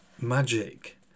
magic